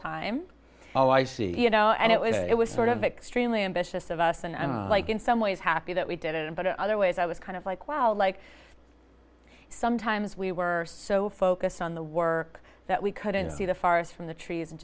time oh i see you know and it was it was sort of externally ambitious of us and like in some ways happy that we did it but other ways i was kind of like wow like sometimes we were so focused on the work that we couldn't see the forest from the trees and